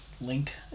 linked